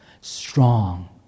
strong